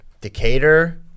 Decatur